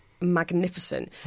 magnificent